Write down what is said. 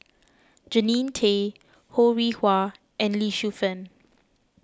Jannie Tay Ho Rih Hwa and Lee Shu Fen